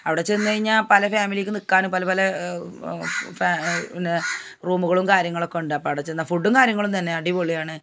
അവിടെ ചെന്ന് കഴിഞ്ഞാൽ പല ഫാമിലിക്ക് നിൽക്കാനും പല പല ഫാ പിന്നെ റൂമുകളും കാര്യങ്ങളൊക്കെ ഉണ്ട് അപ്പം അവിടെ ചെന്ന ഫുഡ്ഡും കാര്യങ്ങളും തന്നെ അടിപൊളിയാണ്